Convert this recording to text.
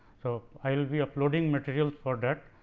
so, i will be uploading materials for that.